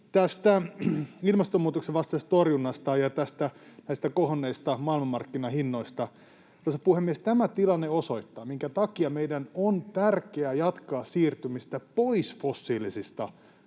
ilmastonmuutoksen vastaisesta torjunnasta ja näistä kohonneista maailmanmarkkinahinnoista: Arvoisa puhemies, tämä tilanne osoittaa, minkä takia meidän on tärkeää jatkaa siirtymistä pois fossiilisista